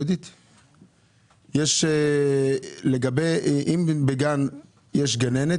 אבל אם בגן יש גננת,